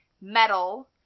metal